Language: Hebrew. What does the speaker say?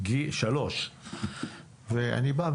ואני בא,